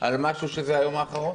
על משהו שזה היום האחרון